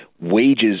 wages